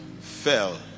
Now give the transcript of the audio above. fell